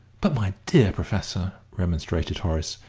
but, my dear professor, remonstrated horace,